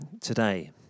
today